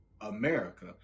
America